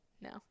No